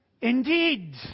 indeed